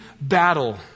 battle